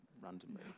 randomly